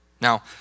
Now